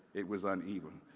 it was uneven.